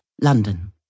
London